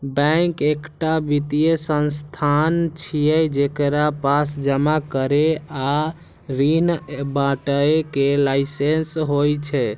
bank एकटा वित्तीय संस्थान छियै, जेकरा पास जमा करै आ ऋण बांटय के लाइसेंस होइ छै